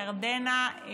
ירדנה,